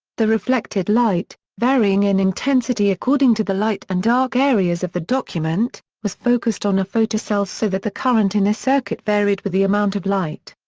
the reflected light, varying in intensity according to the light and dark areas of the document, was focused on a photocell so that the current in a circuit varied with the amount of light.